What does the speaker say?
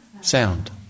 sound